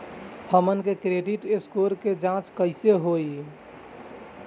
हमन के credit score के जांच कैसे होइ?